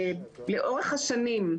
לאורך השנים,